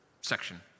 section